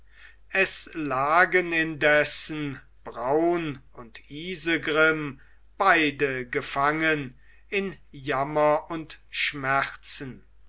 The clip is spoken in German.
es lagen indessen braun und isegrim beide gefangen in jammer und schmerzen